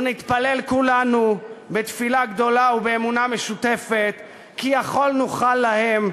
ונתפלל כולנו בתפילה גדולה ובאמונה משותפת כי יכול נוכל להם,